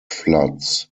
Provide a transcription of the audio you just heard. floods